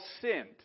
sinned